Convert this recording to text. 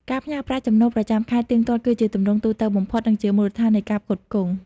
ការផ្ញើប្រាក់ចំណូលប្រចាំខែទៀងទាត់ គឺជាទម្រង់ទូទៅបំផុត និងជាមូលដ្ឋាននៃការផ្គត់ផ្គង់។